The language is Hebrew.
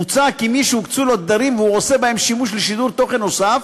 מוצע כי מי שהוקצו לו תדרים והוא עושה בהם שימוש לשידור תוכן נוסף,